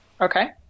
Okay